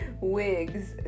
wigs